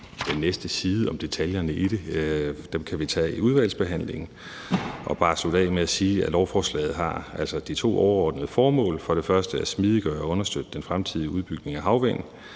den næste side om detaljerne i det, for dem kan vi tage i udvalgsbehandlingen. Så vil jeg bare slutte af med at sige, at lovforslaget altså har de to overordnede formål: for det første at smidiggøre og understøtte den fremtidige udbygning af havvind;